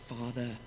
Father